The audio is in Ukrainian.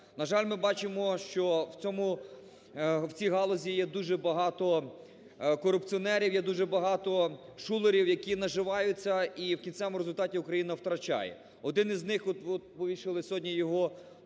На жаль, ми бачимо, що в цьому, в цій галузі є дуже багато корупціонерів, є дуже багато шулерів, які наживаються і в кінцевому результаті – Україна втрачає. Один із них, от ми вивісили сьогодні його